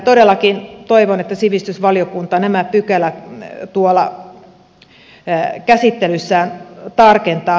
todellakin toivon että sivistysvaliokunta nämä pykälät käsittelyssään tarkentaa